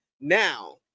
Now